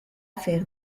faire